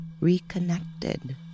reconnected